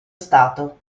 stato